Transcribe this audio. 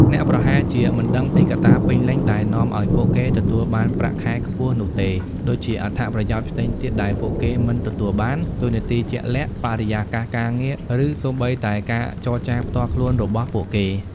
អ្នកប្រហែលជាមិនដឹងពីកត្តាពេញលេញដែលនាំឲ្យពួកគេទទួលបានប្រាក់ខែខ្ពស់នោះទេ ដូចជាអត្ថប្រយោជន៍ផ្សេងទៀតដែលពួកគេមិនទទួលបាន តួនាទីជាក់លាក់ បរិយាកាសការងារ ឬសូម្បីតែការចរចាផ្ទាល់ខ្លួនរបស់ពួកគេ។